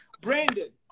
Brandon